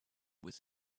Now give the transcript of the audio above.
with